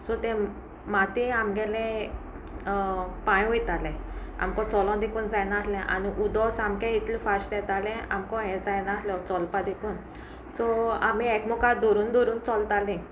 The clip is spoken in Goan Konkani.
सो ते मातयेंत आमगेले पांय वयताले आमको चोलोंक देखून जायना आहलें आनी उदक सामकें इतलें फाश्ट येतालें आमको हें जायना आहलो चोलपा देखून सो आमी एकमुखार धरून धरून चलतालीं